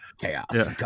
Chaos